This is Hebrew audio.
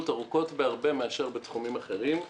ארוכות בהרבה מאשר בתחומים אחרים.